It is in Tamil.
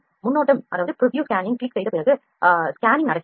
முன்னோட்டம் ஸ்கேனிங் கிளிக் செய்த பிறகு ஸ்கேனிங் நடக்கிறது